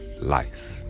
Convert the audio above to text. Life